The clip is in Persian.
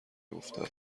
نگفته